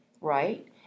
right